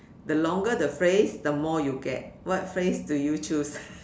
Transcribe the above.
the longer the phrase the more you get what phrase do you choose